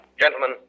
Gentlemen